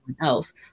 else